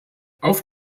auf